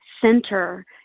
Center